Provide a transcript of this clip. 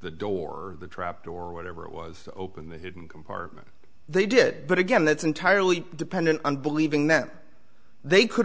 the door the trap door whatever it was open the hidden compartment they did but again that's entirely dependent on believing that they could